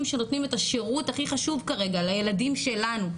שנותנים את השירות הכי חשוב כרגע לילדים שלנו,